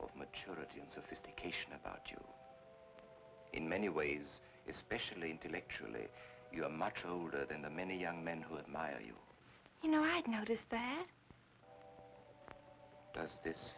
of maturity and sophistication about you in many ways especially intellectually you're much older than the many young men who admire you you know i've noticed that does this